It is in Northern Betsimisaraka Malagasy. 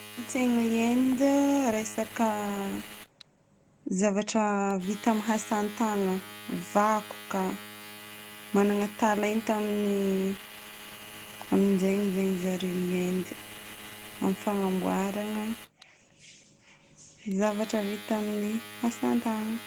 <cut off>tsain'i Inde: resaka zavatra vita amin'ny asantagnana. Vakoka. Magnana talenta amin'ny- amin-jegny zegny zareo i Inde. Amin'ny fagnamboarana zavatra vita amin'ny asantagnana.